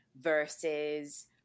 versus